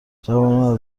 جوانان